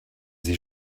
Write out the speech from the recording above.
sie